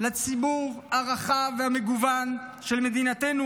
לציבור הרחב והמגוון של מדינתנו,